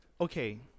okay